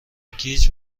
گیج